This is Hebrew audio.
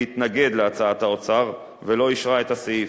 להתנגד להצעת האוצר ולא אישרה את הסעיף,